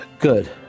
Good